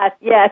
yes